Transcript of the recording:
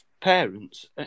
parents